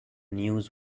news